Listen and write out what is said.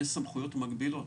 יש סמכויות מקבילות,